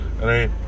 Right